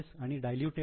आणि डायलूटेड इ